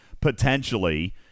potentially